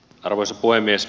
arvoisa puhemies